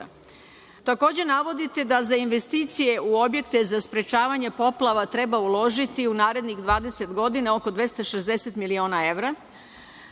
voda. Takođe navodite da za investicije u objekte za sprečavanje poplava treba uložiti u narednih 20 godina oko 260 miliona evra.